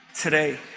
today